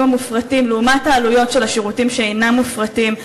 המופרטים לעומת העלויות של השירותים שאינם מופרטים,